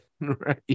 right